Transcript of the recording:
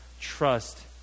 trust